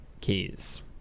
keys